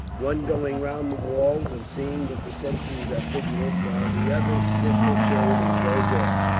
one going round the walls and seeing that the sentries are vigilant, while the others sit in the shade and doze off,